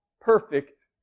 perfect